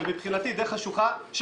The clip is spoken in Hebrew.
ודי חשוכה,